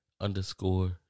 underscore